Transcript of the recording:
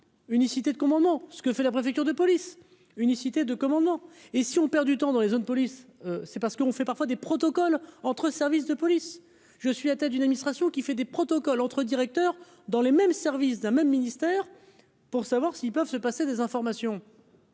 unicité de commandement ce que fait la préfecture de police unicité de commandement et si on perd du temps dans les zones de police, c'est parce qu'on fait parfois des protocoles entre services de police je suis atteinte d'une administration qui fait des protocoles entre directeurs dans les mêmes services, d'un même ministère pour savoir s'ils peuvent se passer des informations.